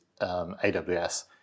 AWS